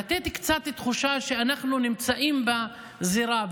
לתת קצת תחושה שאנחנו נמצאים בזירה,